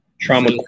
Trauma